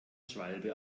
schwalbe